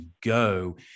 go